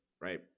right